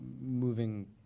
Moving